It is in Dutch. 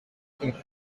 een